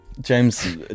James